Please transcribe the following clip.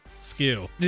Skill